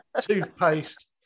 toothpaste